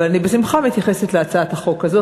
אבל אני בשמחה מתייחסת להצעת החוק הזאת.